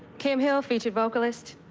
kim hill, featured vocalist.